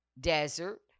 Desert